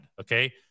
Okay